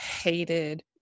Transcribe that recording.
hated